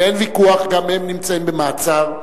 ואין ויכוח, וגם הם נמצאים במעצר,